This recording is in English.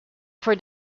for